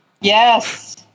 Yes